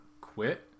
quit